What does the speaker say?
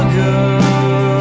good